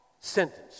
sentence